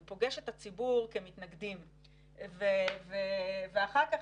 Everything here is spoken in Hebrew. הוא פוגש את הציבור כמתנגדים ואחר כך,